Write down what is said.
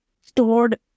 stored